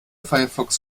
firefox